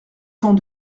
temps